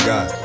God